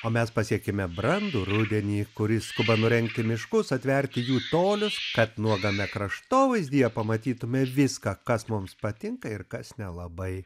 o mes pasiekėme brandų rudenį kuris skuba nurengti miškus atverti jų tolius kad nuogame kraštovaizdyje pamatytume viską kas mums patinka ir kas nelabai